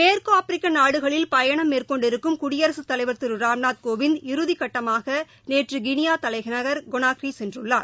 மேற்கு ஆப்ரிக்க நாடுகளில் பயணம் மேற்கொண்டிருக்கும் குடியரசுத் தலைவர் திரு ராம்நாத் கோவிந்த் இறுதிகட்டமாக நேற்று கினியா தலைநகர் கொனார்க்கி சென்றுள்ளார்